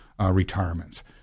retirements